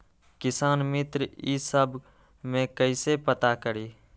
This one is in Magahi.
किसान मित्र ई सब मे कईसे पता करी?